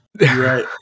Right